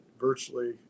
virtually